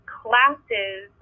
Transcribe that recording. classes